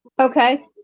Okay